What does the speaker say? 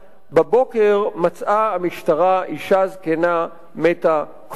בבוקר מצאה המשטרה אשה זקנה מתה קפואה."